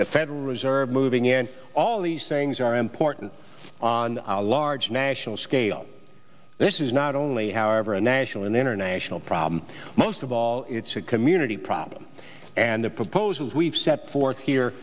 the federal reserve moving and all these things are important on a large national scale this is not only however a national and international problem most of all it's a community problem and the proposals we've set forth here